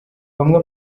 bamwe